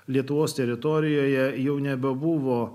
lietuvos teritorijoje jau nebebuvo